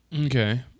Okay